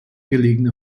gelegene